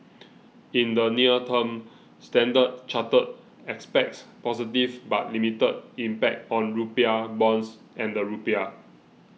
in the near term Standard Chartered expects positive but limited impact on rupiah bonds and the rupiah